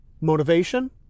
motivation